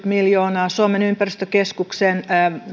miljoonaa ja suomen ympäristökeskuksen